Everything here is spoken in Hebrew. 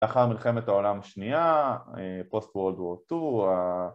‫לאחר מלחמת העולם השנייה, ‫פוסט וורלד וור 2